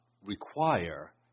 require